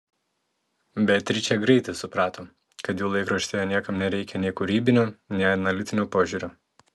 beatričė greitai suprato kad jų laikraštyje niekam nereikia nei kūrybinio nei analitinio požiūrio